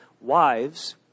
wives